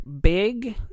big